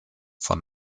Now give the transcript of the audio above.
von